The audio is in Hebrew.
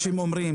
הם אומרים